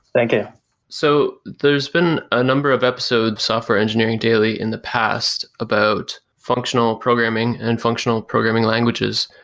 thank you so there's been a number of episodes, software engineering daily, in the past about functional programming and functional programming languages.